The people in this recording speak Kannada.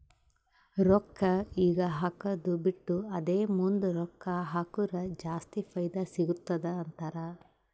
ರೊಕ್ಕಾ ಈಗ ಹಾಕ್ಕದು ಬಿಟ್ಟು ಅದೇ ಮುಂದ್ ರೊಕ್ಕಾ ಹಕುರ್ ಜಾಸ್ತಿ ಫೈದಾ ಸಿಗತ್ತುದ ಅಂತಾರ್